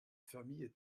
famille